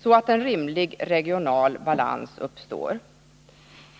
så, att en rimlig regional balans uppstår.